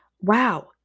wow